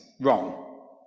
wrong